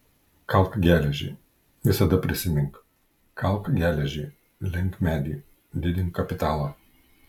kalk geležį visada prisimink kalk geležį lenk medį didink kapitalą